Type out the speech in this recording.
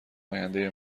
آینده